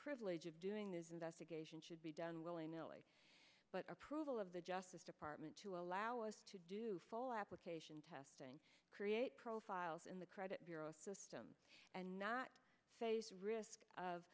privilege of doing this investigation should be done willy nilly but approval of the justice department to allow us to do full application testing create profiles in the credit bureau system and not face risk